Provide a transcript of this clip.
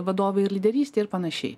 vadovai ir lyderystė ir panašiai